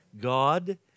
God